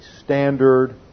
standard